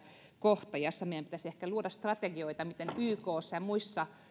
kohta jossa meidän pitäisi ehkä luoda strategioita miten osallistuisivat ykssa ja muissa